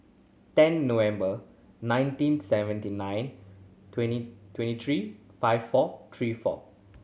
ten November nineteen seventy nine twenty twenty three five four three four